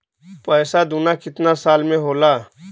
पैसा दूना कितना साल मे होला?